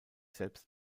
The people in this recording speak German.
selbst